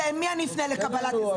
למי אני אפנה לקבלת עזרה?